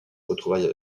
retrouvailles